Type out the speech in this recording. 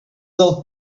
del